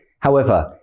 however,